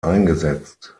eingesetzt